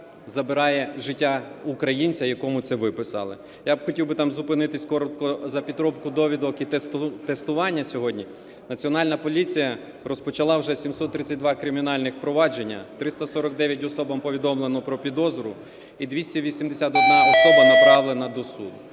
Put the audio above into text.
забирає життя українця, якому це виписали. Я б хотів там зупинитись коротко за підробку довідок і тестування сьогодні. Національна поліція розпочала вже 732 кримінальні провадження, 349 особам повідомлено про підозру і 281 особа направлена до суду.